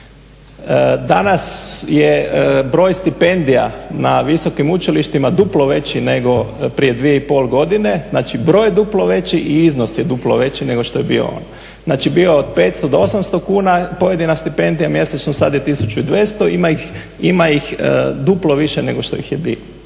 Danas je broj stipendija na visokim učilištima duplo veći nego prije 2,5 godine, znači broj duplo veći i iznos je duplo veći nego što je bio onda. Znači bio je od 500 do 800 kuna pojedina stipendija mjesečno, sada je 1.200 ima ih duplo više nego što ih je bilo.